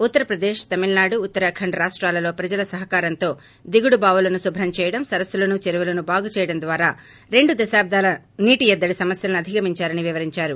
ఉత్తరప్రదేశ్ తమిళనాడు ఉత్తరాఖండ్ రాష్టాలలో ప్రజల సహకారంతో దిగుడు బావులను శుభ్రం చేయడం సరస్పులను చెరువులను బాగుచేయడం ద్వారా రెండు దశాబ్గాల నీటి యద్దడి సమస్యలను అధిగమించారని వివరించారు